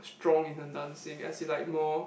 strong in the dancing as in like more